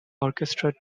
orchestra